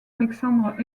alexander